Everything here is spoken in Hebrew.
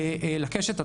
לקשת הטרנסית.